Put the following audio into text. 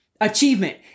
achievement